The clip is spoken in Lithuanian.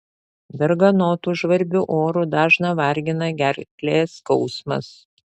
darganotu žvarbiu oru dažną vargina gerklės skausmas